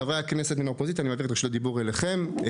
חברת הכנסת מטי צרפתי הרכבי,